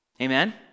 Amen